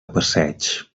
passeig